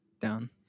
Down